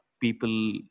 people